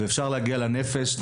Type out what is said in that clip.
אפשר להגיע לנפש,